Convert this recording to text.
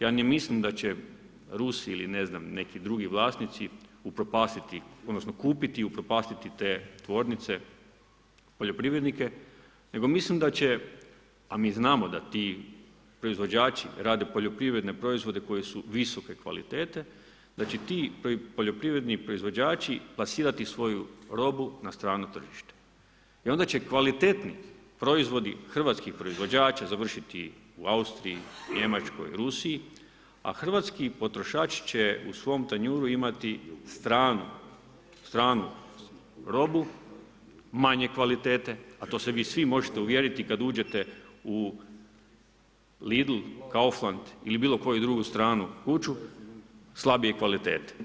Ja ne mislim da će Rusi ili ne znam, neki drugi vlasnici upropastiti, odnosno kupiti i upropastiti te tvornice, poljoprivrednike, nego mislim da će, a mi znamo da ti proizvođači rade poljoprivredne proizvode koji su visoke kvalitete, da će ti poljoprivredni proizvođači plasirati svoju robu na strano tržite i onda će kvalitetni proizvodi hrvatskih proizvođača završiti u Austriji, Njemačkoj, Rusiji, a hrvatski potrošač će u svom tanjuru imati stranu robu, manje kvalitete, a to se vi svi možete uvjeriti kad uđete u Lidl, Kaufland ili bilo koju drugu stranu kuću slabije kvalitete.